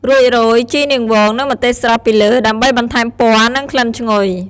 រួចរោយ ជីនាងវង និង ម្ទេសស្រស់ ពីលើ ដើម្បីបន្ថែមពណ៌ និងក្លិនឈ្ងុយ។